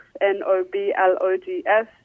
N-O-B-L-O-G-S